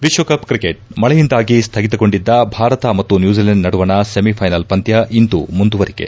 ವಿಶ್ಲಕಪ್ cricket ಮಳೆಯಿಂದಾಗಿ ಸ್ಲಗಿತಗೊಂಡಿದ್ದ ಭಾರತ ಮತ್ತು ನ್ಯೂಜಿಲೆಂಡ್ ನಡುವಣ ಸೆಮಿಫ್ವೆನಲ್ ಪಂದ್ಯ ಇಂದು ಮುಂದುವರಿಕೆ